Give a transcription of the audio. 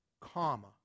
comma